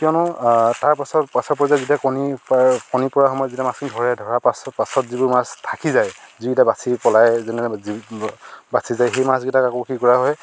কিয়নো তাৰ পাছৰ পাছৰ পৰ্যায়ত যেতিয়া কণী পাৰে কণী পৰাৰ সময়ত যেতিয়া মাছখিনি ধৰে ধৰাৰ পাছত পাছত যিবোৰ মাছ থাকি যায় যিকেইটা বাচি পলাই যেনে বাচি যায় সেই মাছ কেইটাক আকৌ কি কৰা হয়